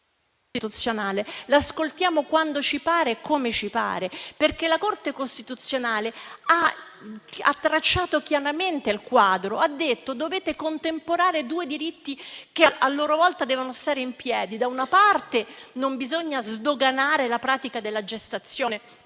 La Corte costituzionale la ascoltiamo quando e come ci pare. La Corte costituzionale ha tracciato chiaramente il quadro, indicando che si devono contemperare due diritti che a loro volta devono stare in piedi: da una parte, non bisogna sdoganare la pratica della gestazione